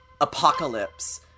Apocalypse